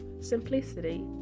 simplicity